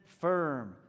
firm